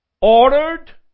Ordered